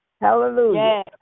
Hallelujah